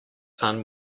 son